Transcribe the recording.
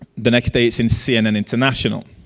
the next day since cnn international